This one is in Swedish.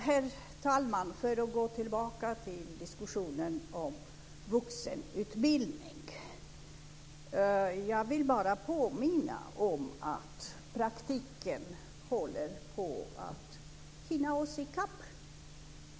Herr talman! För att gå tillbaka till diskussionen om vuxenutbildning vill jag påminna om att praktiken håller på att hinna i fatt oss.